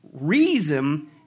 reason